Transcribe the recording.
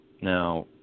Now